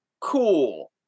Cool